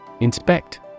Inspect